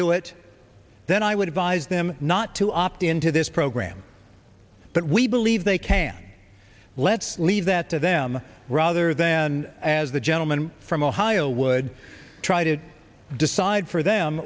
do it then i would advise them not to opt into this program but we believe they can let's leave that to them rather than as the gentleman from ohio would try to decide for them